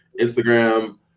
Instagram